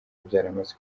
byaramaze